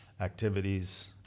activities